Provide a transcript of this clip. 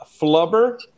Flubber